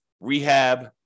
rehab